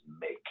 make